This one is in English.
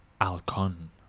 alcon